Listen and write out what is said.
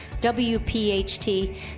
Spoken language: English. WPHT